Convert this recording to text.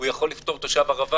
הוא יכול לפתור תושב ערבה,